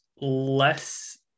less